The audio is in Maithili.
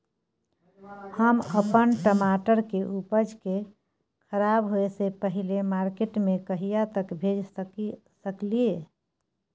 हम अपन टमाटर के उपज के खराब होय से पहिले मार्केट में कहिया तक भेज सकलिए?